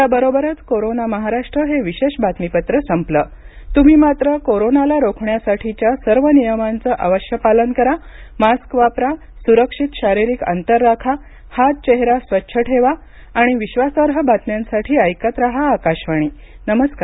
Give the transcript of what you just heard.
याबरोबरच कोरोना महाराष्ट्र हे विशेष बातमीपत्र संपलं तुम्ही मात्र कोरोनाला रोखण्यासाठीच्या सर्व नियमांचं पालन अवश्य करा मास्क वापरा स्रक्षित शारीरिक अंतर राखा हात चेहरा स्वच्छ ठेवा आणि विश्वासार्ह बातम्यांसाठी ऐकत रहा आकाशवाणी नमस्कार